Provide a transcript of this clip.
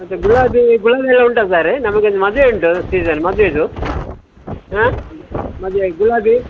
ಮತ್ತೆ ಗುಲಾಬಿ ಗುಲಾಬಿ ಎಲ್ಲ ಉಂಟ ಸರ್ ನಮಗೆ ಒಂದು ಮದುವೆ ಉಂಟು ಸೀಸನ್ ಮದುವೆದು ಹಾಂ ಮದ್ವೆಗೆ ಗುಲಾಬಿ